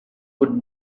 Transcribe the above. would